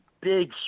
big